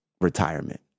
retirement